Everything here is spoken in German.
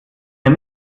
der